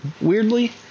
weirdly